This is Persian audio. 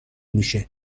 میشه